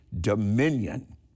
Dominion